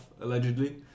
allegedly